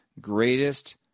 greatest